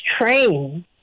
train